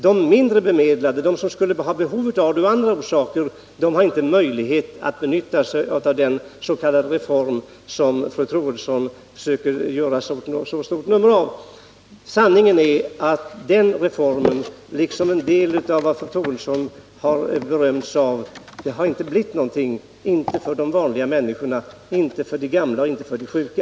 De mindre bemedlade, som skulle ha behov av ledighet av andra orsaker, har inte möjlighet att utnyttja den s.k. reform som fru Troedsson söker göra så stort nummer av. Sanningen är den att denna reform liksom en del av vad fru Troedsson har berömt sig av inte har blivit någonting, inte för de vanliga människorna, inte för de gamla och de sjuka.